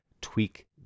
tweak